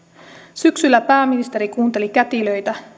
syksyllä pääministeri kuunteli kätilöitä